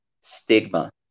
stigma